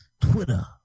Twitter